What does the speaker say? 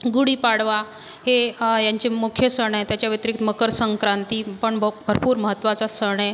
गुढी पाडवा हे यांचे मुख्य सण आहे त्याच्या व्यतिरिक्त मकर संक्रांतीपण भरपूर महत्त्वाचा सण आहे